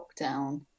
lockdown